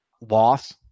loss